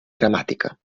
gramàtica